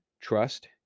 trust